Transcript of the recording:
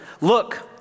look